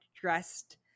dressed